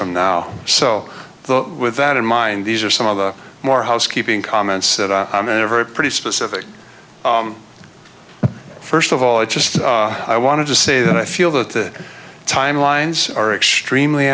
from now so the with that in mind these are some of the more housekeeping comments that i i'm in a very pretty specific first of all i just i wanted to say that i feel that the time lines are extremely